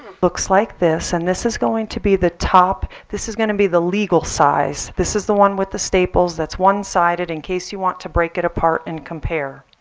looks like this. and this is going to be the top this is going to be the legal size. this is the one with the staples that's one sided in case you want to break it apart and compare.